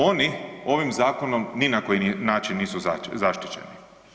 Oni ovim zakonom ni na koji način nisu zaštićeni.